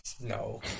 No